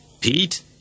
Pete